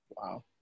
Wow